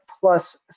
plus